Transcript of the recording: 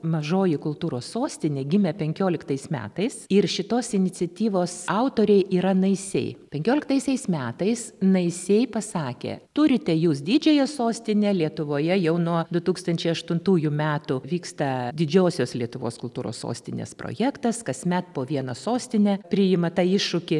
mažoji kultūros sostinė gimė penkioliktais metais ir šitos iniciatyvos autoriai yra naisiai penkioliktaisiais metais naisiai pasakė turite jūs didžiąją sostinę lietuvoje jau nuo du tūkstančiai aštuntųjų metų vyksta didžiosios lietuvos kultūros sostinės projektas kasmet po vieną sostinę priima tą iššūkį